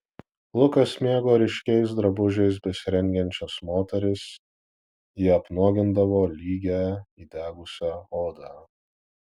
lukas mėgo ryškiais drabužiais besirengiančias moteris jie apnuogindavo lygią įdegusią odą